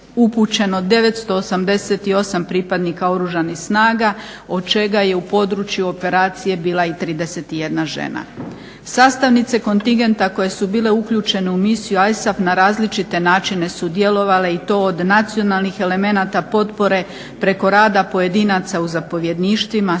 upućeno 988 pripadnika Oružanih snaga od čega je u području operacije bila i 31 žena. Sastavnice kontingenta koje su bile uključene u misiju ISAF na različite načine su djelovale i to od nacionalnih elemenata potpore, preko rada pojedinaca u zapovjedništvima,